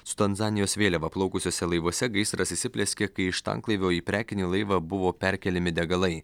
su tanzanijos vėliava plaukusiuose laivuose gaisras įsiplieskė kai iš tanklaivio į prekinį laivą buvo perkeliami degalai